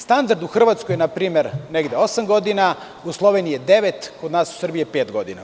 Standard u Hrvatskoj je na primer negde osam godina, u Sloveniji je devet, kod nas u Srbiji je pet godina.